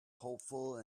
hopeful